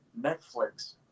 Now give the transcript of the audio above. Netflix